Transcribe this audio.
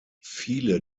viele